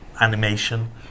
animation